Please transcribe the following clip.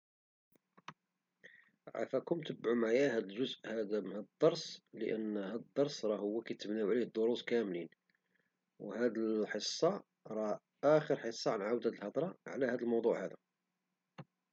عفاكم تبعو معي هد الجزء من الدرس لأن هد الجزء كيتبناو عليه الدروس كاملين وهد الحصة راه آخر حصة عنعاود هد الهدرة على الموضوع هدا.